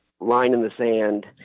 line-in-the-sand